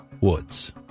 Woods